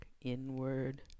inward